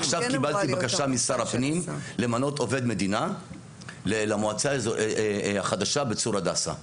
עכשיו קיבלתי בקשה משר הפנים למנות עובד מדינה למועצה החדשה בצור הדסה.